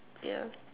yeah